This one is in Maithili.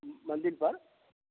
मन्दिरपर